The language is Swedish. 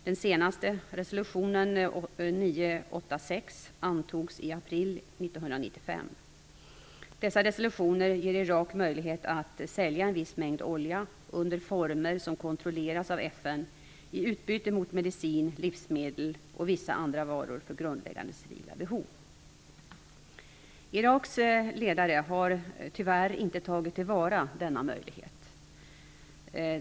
Den senaste, resolution 986, antogs i april 1995. Dessa resolutioner ger Irak möjlighet att sälja en viss mängd olja, under former som kontrolleras av FN, i utbyte mot medicin, livsmedel och vissa andra varor för grundläggande civila behov. Iraks ledare har tyvärr inte tagit till vara denna möjlighet.